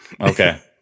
Okay